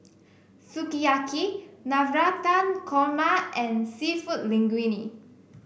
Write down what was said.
Sukiyaki Navratan Korma and seafood Linguine